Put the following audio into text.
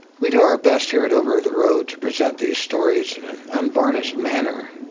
we do our best here at over the road, to present these stories in an unvarnished manner,